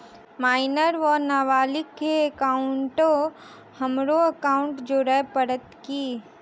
Minor वा नबालिग केँ एकाउंटमे हमरो एकाउन्ट जोड़य पड़त की?